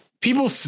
people